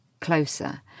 closer